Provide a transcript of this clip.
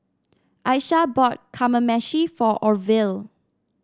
Aisha bought Kamameshi for Orvil